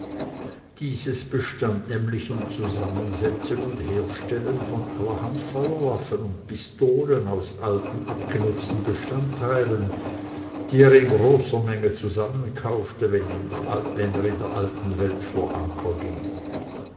dieses bestand nämlich im zusammensetzen und herstellen von allerhand feuerwaffen und pistolen aus alten abgenutzten bestandteilen die er in großer menge zusammenkaufte wenn er in der alten welt vor anker ging